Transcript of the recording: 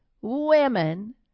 Women